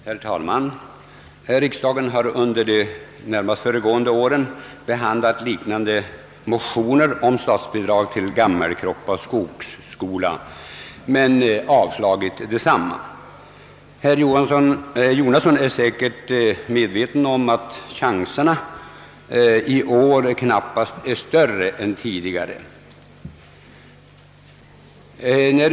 Herr talman! Riksdagen har under de närmast föregående åren behandlat liknande motioner om statsbidrag till Gammelkroppa skogsskola men avslagit dem. Herr Jonasson är säkert medveten om att chanserna för ett bifall i år knappast är större än tidigare.